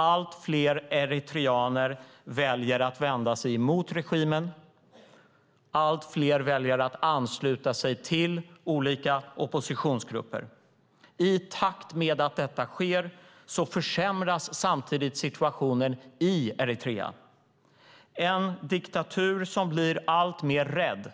Allt fler eritreaner väljer att vända sig mot regimen. Allt fler väljer att ansluta sig till olika oppositionsgrupper. I takt med att detta sker försämras samtidigt situationen i Eritrea. En diktatur som blir alltmer rädd